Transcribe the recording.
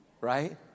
right